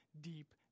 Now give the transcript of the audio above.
deep